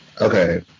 Okay